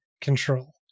Control